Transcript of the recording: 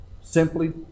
Simply